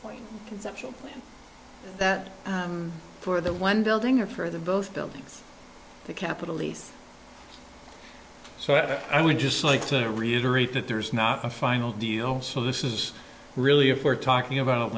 point conceptual plan that for the one building or for the both buildings the capital lease so i would just like to reiterate that there's not a final deal so this is really if we're talking about